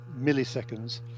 milliseconds